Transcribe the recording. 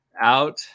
out